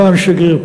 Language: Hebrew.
פעם שגריר,